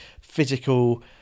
physical